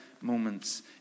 moments